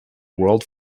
world